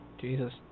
Jesus